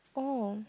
oh